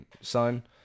son